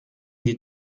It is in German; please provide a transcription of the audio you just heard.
die